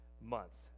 months